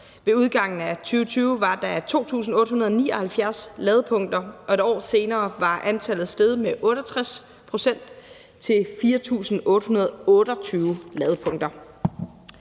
Ved udgangen af 2020 var der 2.879 ladepunkter, og et år senere var antallet steget med 68 pct. til 4.828 ladepunkter.